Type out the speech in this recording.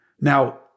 Now